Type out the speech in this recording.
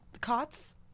Cots